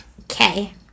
Okay